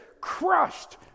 crushed